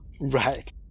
Right